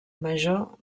major